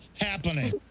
happening